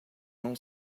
não